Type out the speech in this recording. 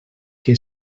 que